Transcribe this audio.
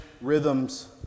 rhythms